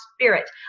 spirit